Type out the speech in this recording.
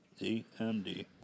DMD